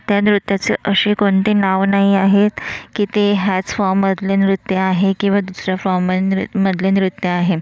त्या नृत्याचे असे कोणते नाव नाही आहेत की ते ह्याच फॉममधले नृत्य आहे किंवा दुसऱ्या फॉम म नृ मधले नृत्य आहे